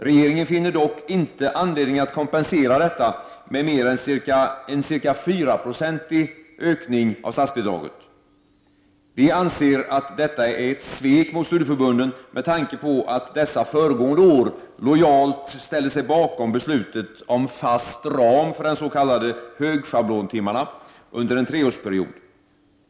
Regeringen finner dock inte anledning att kompensera detta med mer än en ca 4-procentig ökning av statsbidraget. Vi anser att detta är ett svek mot studieförbunden med tanke på att dessa föregående år lojalt ställde sig bakom beslutet om fast ram under en treårsperiod för de s.k högschablontimmarna.